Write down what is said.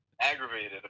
aggravated